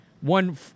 One